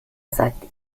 sagt